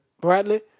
Bradley